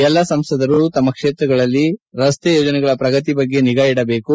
ಎಲ್ಲಾ ಸಂಸದರು ತಮ್ಮ ಕ್ಷೇತ್ರಗಳಲ್ಲಿ ರಸ್ತೆ ಯೋಜನೆಗಳ ಪ್ರಗತಿಯ ಬಗ್ಗೆ ನಿಗಾ ಇಡಬೇಕು